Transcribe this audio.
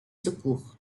secours